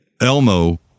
elmo